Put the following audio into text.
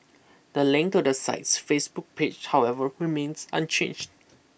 the link to the site's Facebook page however remains unchanged